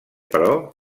però